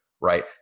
right